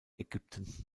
ägypten